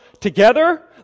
together